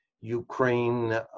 Ukraine